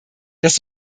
dass